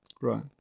Right